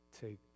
Take